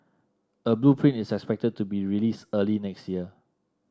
a blueprint is expected to be released early next year